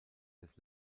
des